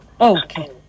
Okay